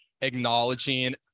acknowledging